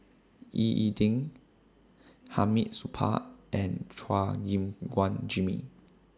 Ying E Ding Hamid Supaat and Chua Gim Guan Jimmy